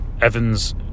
Evans